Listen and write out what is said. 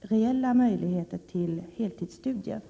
reella möjligheter till heltidsstudier.